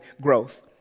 growth